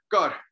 God